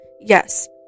Yes